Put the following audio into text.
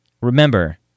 remember